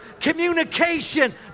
communication